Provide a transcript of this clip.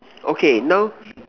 okay now